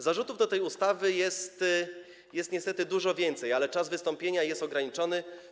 Zarzutów co do tej ustawy jest niestety dużo więcej, ale czas wystąpienia jest ograniczony.